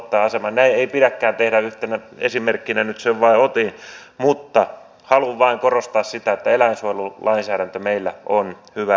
näin ei pidäkään tehdä yhtenä esimerkkinä sen nyt vain otin mutta haluan vain korostaa sitä että eläinsuojelulainsäädäntö meillä on hyvällä mallilla